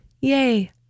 Yay